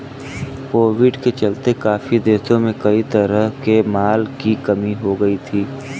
Covid के चलते काफी देशों में कई तरह के माल की कमी हो गई थी